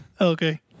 Okay